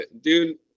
Dude